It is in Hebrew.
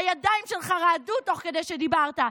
הידיים שלך רעדו תוך כדי שדיברת.